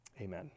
Amen